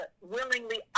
willingly